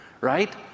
right